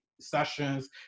sessions